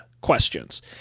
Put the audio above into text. questions